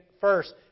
first